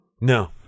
No